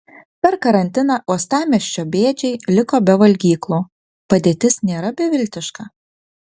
per karantiną uostamiesčio bėdžiai liko be valgyklų padėtis nėra beviltiška